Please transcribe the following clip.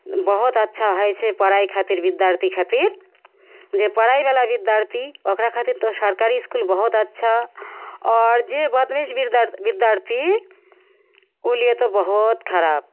बहुत अच्छा होइ छै पढ़ै खातिर विद्यार्थी खातिर जे पढ़ैवला विद्यार्थी ओकरा खातिर तऽ सरकारी इसकुल बहुत अच्छा आओर जे बदमाश विद्या विद्यार्थी ओ लिए तो बहुत खराब